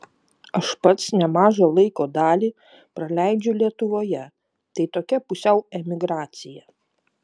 aš pats nemažą laiko dalį praleidžiu lietuvoje tai tokia pusiau emigracija